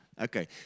Okay